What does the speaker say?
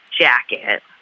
jacket